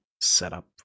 setup